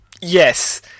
Yes